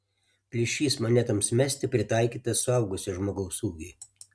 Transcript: plyšys monetoms mesti pritaikytas suaugusio žmogaus ūgiui